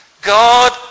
God